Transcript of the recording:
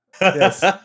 Yes